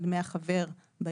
הוא על דמי החבר בארגון,